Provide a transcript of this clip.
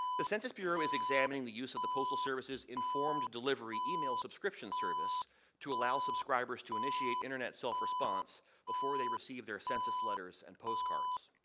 the census bureau is examining the use of the postal service's informed delivery eking mail subscription service to allow subscribers to initiate internet self response before they receive their census letters and postcards.